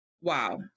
Wow